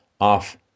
off